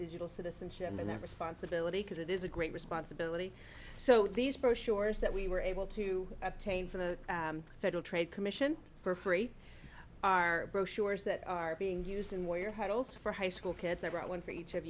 digital citizenship and that responsibility because it is a great responsibility so these procedures that we were able to obtain from the federal trade commission for free are brochures that are being used in war you're huddles for high school kids i brought one for each of